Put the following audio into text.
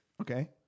Okay